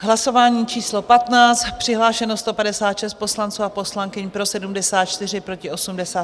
Hlasování číslo 15, přihlášeno 156 poslanců a poslankyň, pro 74, proti 80.